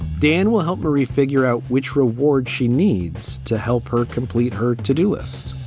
dan will help marie figure out which reward she needs to help her complete her to do list.